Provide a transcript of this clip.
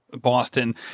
boston